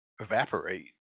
evaporate